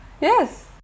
Yes